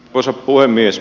arvoisa puhemies